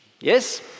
yes